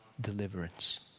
deliverance